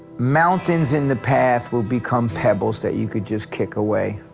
mountains in the path will become pebbles that you can just kick away.